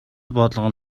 болгон